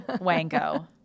Wango